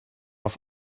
auf